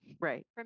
right